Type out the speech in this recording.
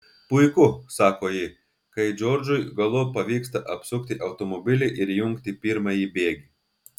puiku sako ji kai džordžui galop pavyksta apsukti automobilį ir įjungti pirmąjį bėgį